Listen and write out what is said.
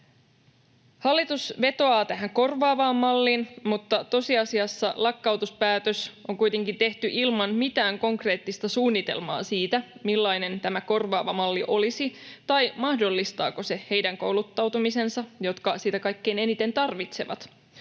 Hallitus vetoaa tähän korvaavaan malliin, mutta tosiasiassa lakkautuspäätös on kuitenkin tehty ilman mitään konkreettista suunnitelmaa siitä, millainen tämä korvaava malli olisi tai mahdollistaako se niiden kouluttautumisen, jotka sitä kaikkein eniten tarvitsevat.